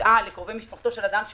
הודעה לקרובי משפחתו של אדם שנפגע.